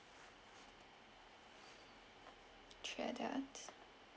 three adults